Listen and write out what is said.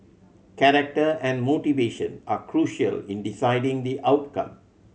character and motivation are crucial in deciding the outcome